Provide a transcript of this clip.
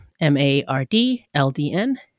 M-A-R-D-L-D-N